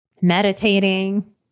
meditating